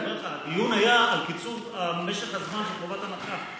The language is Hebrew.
אבל אני אומר לך: הדיון היה על קיצור משך הזמן של חובת ההנחה.